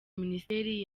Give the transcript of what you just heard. minisiteri